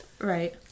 Right